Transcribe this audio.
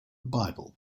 bible